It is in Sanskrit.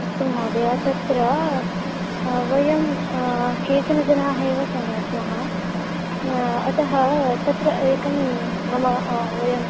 अस्तु महोदय तत्र वयं केचन जनाः एव सः स्मः न अतः तत्र एकं मम वयम्